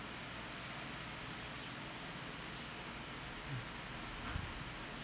mm